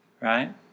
Right